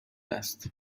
است